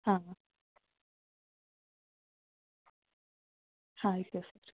ಹಾಂ ಹಾಂ ಆಯಿತು ಸರ್